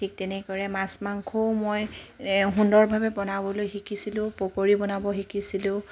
ঠিক তেনেদৰে মাছ মাংসও মই সুন্দৰভাৱে বনাবলৈ শিকিছিলোঁ পকৰি বনাব শিকিছিলোঁ